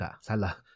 salah